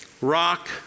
Rock